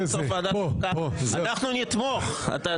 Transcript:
אנחנו נתמוך.